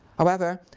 however,